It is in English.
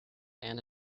and